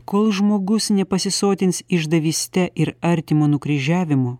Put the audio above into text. kol žmogus nepasisotins išdavyste ir artimo nukryžiavimu